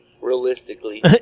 realistically